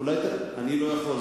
אני לא יכול.